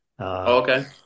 Okay